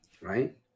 Right